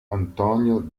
antonio